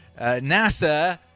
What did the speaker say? NASA